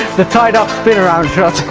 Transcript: the tied up spin-around shot!